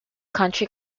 country